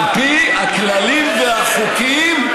על פי הכללים והחוקים,